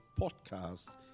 podcast